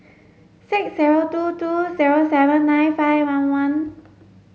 six zero two two zero seven nine five one one